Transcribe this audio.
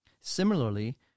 Similarly